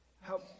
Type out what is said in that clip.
help